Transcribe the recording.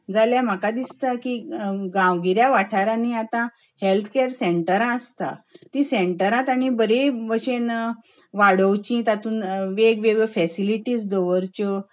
जाल्यार म्हाका दिसता की गांवगिऱ्या वाठारांनी आतां हॅल्थ कॅर सेंटरा आसता ती सेंटरा तांणी बरे भशेन वाडोवचीं तातूंत वेग वेगळ्यो फॅसिलिटीज दवरच्यो